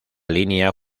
línea